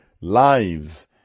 lives